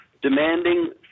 demanding